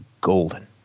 golden